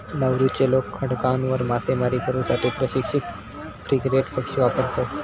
नौरूचे लोक खडकांवर मासेमारी करू साठी प्रशिक्षित फ्रिगेट पक्षी वापरतत